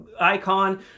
icon